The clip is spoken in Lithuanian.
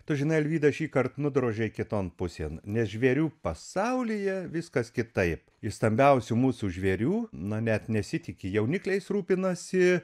tu žinai alvyda šįkart nudrožė kiton pusėn nes žvėrių pasaulyje viskas kitaip iš stambiausių mūsų žvėrių na net nesitiki jaunikliais rūpinasi